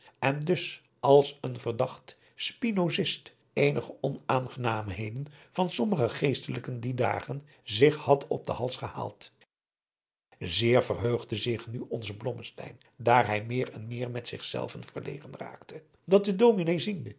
en dus als een verdachte spinozist eenige onaangenaamheden van sommige geestelijken dier dagen zich had op den hals gehaald zeer verheugde zich nu onze blommesteyn daar hij meer en meer met zich zelven verlegen raakte dat de dominé ziende